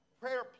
prayer